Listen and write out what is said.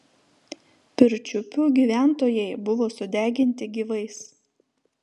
pirčiupių gyventojai buvo sudeginti gyvais